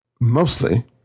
Mostly